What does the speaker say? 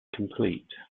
complete